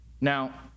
Now